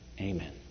amen